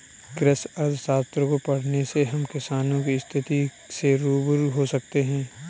कृषि अर्थशास्त्र को पढ़ने से हम किसानों की स्थिति से रूबरू हो सकते हैं